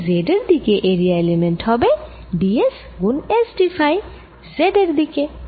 তাই Z এর দিকে এরিয়া এলিমেন্ট হবে d s গুণ S d ফাই Z এর দিকে